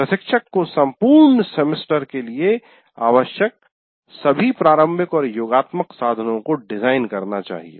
प्रशिक्षक को संपूर्ण सेमेस्टर के लिए आवश्यक सभी प्रारंभिक और योगात्मक साधनो को डिजाइन करना चाहिए